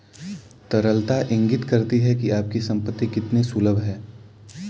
तरलता इंगित करती है कि आपकी संपत्ति कितनी सुलभ है